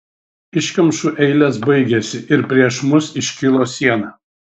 iškamšų eilės baigėsi ir prieš mus iškilo siena